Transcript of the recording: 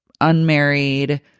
unmarried